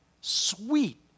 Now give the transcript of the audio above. sweet